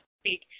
speak